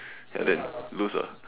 and then lose ah